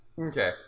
Okay